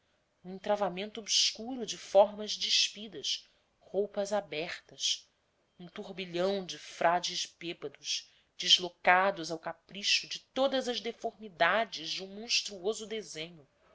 um entravamento obscuro de formas despidas roupas abertas um turbilhão de frades bêbados deslocados ao capricho de todas as deformidades de um monstruoso desenho